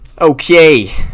okay